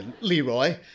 Leroy